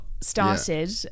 started